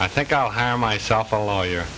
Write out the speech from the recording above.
i think i'll hire myself a lawyer